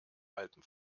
alpen